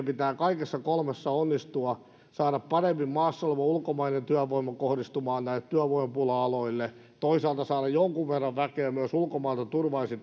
pitää kaikessa kolmessa onnistua saada maassa oleva ulkomainen työvoima paremmin kohdistumaan näille työvoimapula aloille toisaalta saada jonkun verran väkeä myös ulkomailta turvallisesti